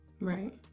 right